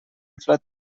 inflat